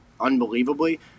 unbelievably